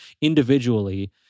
individually